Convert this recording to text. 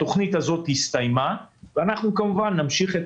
התוכנית הזאת הסתיימה ואנחנו כמובן נמשיך את